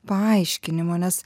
paaiškinimo nes